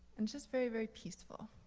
and just very, very peaceful.